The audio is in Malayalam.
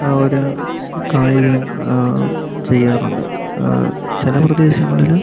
ഒരു കായുകയും ചെയ്യാറുണ്ട് ചില പ്രദേശങ്ങളില്